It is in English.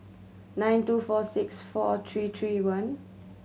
nine two four six four three three one